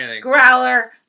growler